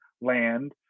land